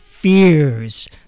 fears